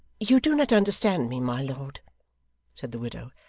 you do not understand me, my lord said the widow.